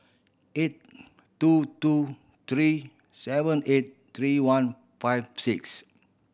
eight two two three seven eight three one five six